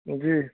جی